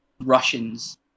Russians